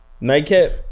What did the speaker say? Nightcap